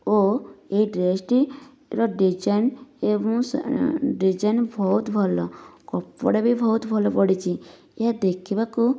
ଓ ଏହି ଡ୍ରେସ ଟିର ଡିଜାଇନ ଏବଂ ଡିଜାଇନ ବହୁତ ଭଲ କପଡ଼ା ବି ବହୁତ ଭଲ ପଡିଛି ଏହା ଦେଖିବାକୁ